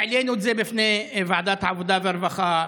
העלינו את זה בפני ועדת העבודה והרווחה,